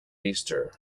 easter